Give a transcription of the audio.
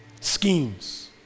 schemes